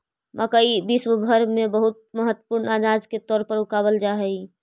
मकई विश्व भर में बहुत महत्वपूर्ण अनाज के तौर पर उगावल जा हई